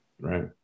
right